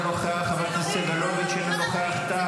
אינו נוכח,